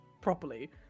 properly